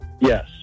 Yes